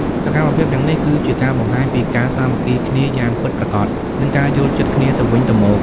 សកម្មភាពទាំងនេះគឺជាការបង្ហាញពីការសាមគ្គីគ្នាយ៉ាងពិតប្រាកដនិងការយល់ចិត្តគ្នាទៅវិញទៅមក។